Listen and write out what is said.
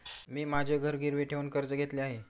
मी माझे घर गिरवी ठेवून कर्ज घेतले आहे